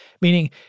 meaning